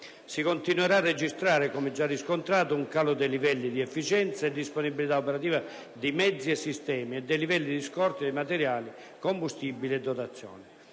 si continuerà a registrare, come già riscontrato, un calo dei livelli di efficienza e disponibilità operativa di mezzi e sistemi, e dei livelli di scorte di materiali, combustibili e dotazioni.